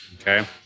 okay